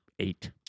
eight